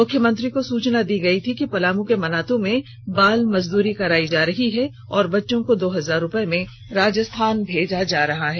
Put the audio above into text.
मुख्यमंत्री को सूचना दी गई थी कि पलामू के मनातू में बाल मजदूरी करायी जा रही है और बच्चों को दो हजार रुपये में राजस्थान भेजा जा रहा है